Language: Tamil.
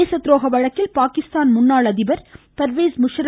தேச துரோக வழக்கில் பாகிஸ்தான் முன்னாள் அதிபர் பர்வேஸ் முஸர்